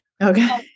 okay